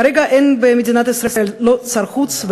כרגע אין במדינת ישראל שר חוץ,